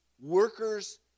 workers